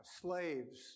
slaves